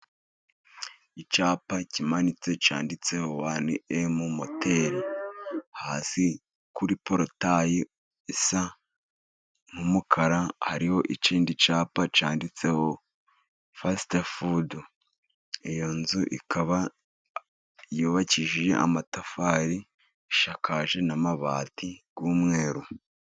Icyapa kimanitse cyanditseho "Wani Emu Moteri". Hasi kuri porotaye isa nk’umukara, hariho ikindi cyapa cyanditseho "Fasita Fudu". Iyo nzu ikaba yubakishije amatafari, isakaje n’amabati y’umweru.